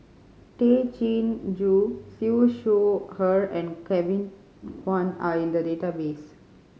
Tay Chin Joo Siew Shaw Her and Kevin Kwan are in the database